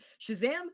shazam